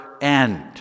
end